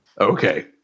Okay